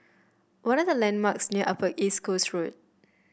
what are the landmarks near Upper East Coast Road